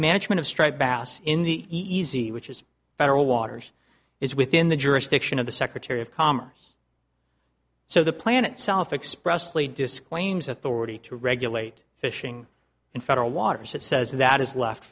management of striped bass in the easy which is federal waters is within the jurisdiction of the secretary of commerce so the plan itself expressed lee disclaims authority to regulate fishing in federal waters it says that is left